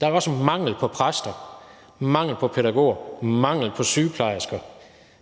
der er mangel på præster, mangel på pædagoger, mangel på sygeplejersker,